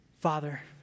Father